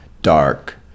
dark